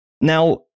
Now